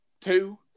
two